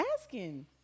asking